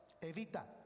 evita